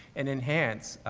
and enhance,